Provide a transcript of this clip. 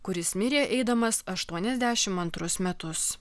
kuris mirė eidamas aštuoniasdešim antrus metus